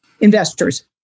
investors